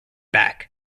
back